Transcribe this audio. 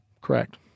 Correct